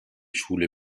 schule